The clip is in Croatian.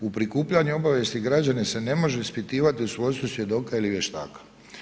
U prikupljanju i obavijesti građana se ne može ispitivati u svojstvu svjedoka ili vještaka.